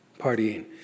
partying